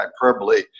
hyperbole